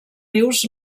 rius